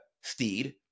Steed